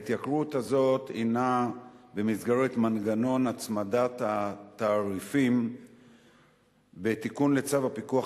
ההתייקרות הזאת הינה במסגרת מנגנון הצמדת התעריפים בתיקון לצו הפיקוח